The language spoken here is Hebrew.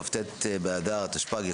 כ"ט באדר התשפ"ג,